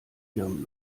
ihrem